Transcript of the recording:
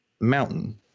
Mountain